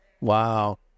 Wow